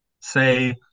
say